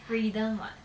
freedom [what]